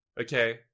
okay